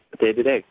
day-to-day